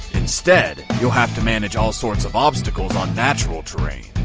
instead you'll have to manage all sorts of obstacles on natural terrain,